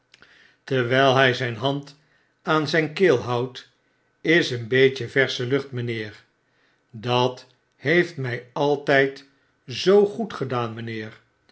terwyl hy zyn hand aan zijn keel houdt is een beetje versche lucht mynheer dat heeft my altyd zoo goed gedaan mynheer